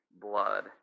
blood